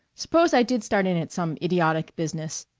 suppose i did start in at some idiotic business.